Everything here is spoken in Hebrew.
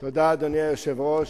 אדוני היושב-ראש,